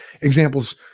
examples